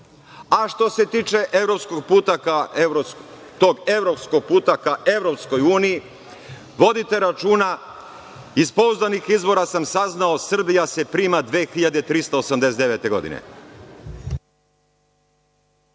se tiče tog evropskog puta ka EU, vodite računa, iz pouzdanih izvora sam saznao - Srbija se prima 2389. godine.